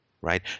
right